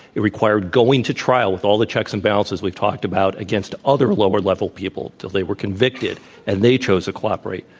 it required going to trial with all the checks and balances we've talked about, against other lower level people till they were convicted and they chose to cooperate.